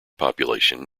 population